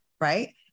right